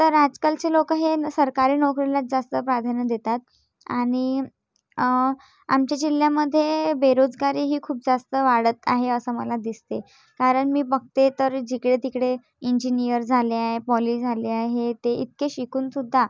तर आजकालचे लोक हे न् सरकारी नोकरीलाच जास्त प्राधान्य देतात आणि आमच्या जिल्ह्यामध्ये बेरोजगारीही खूप जास्त वाढत आहे असं मला दिसते कारण मी बघते तर जिकडे तिकडे इंजिनियर झालेय पॉलि झाले आहे ते इतके शिकूनसुद्धा